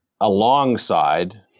Alongside